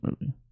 Movie